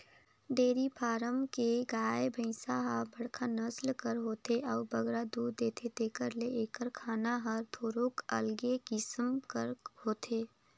dairy farm के गाय, भंइस ह बड़खा नसल कर होथे अउ बगरा दूद देथे तेकर ले एकर खाना हर थोरोक अलगे किसिम कर होथे